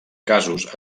casos